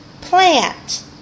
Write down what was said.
plant